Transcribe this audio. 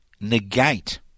negate